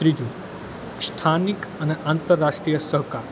ત્રીજું સ્થાનિક અને આંતરરાષ્ટ્રીય સરકાર